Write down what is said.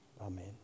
Amen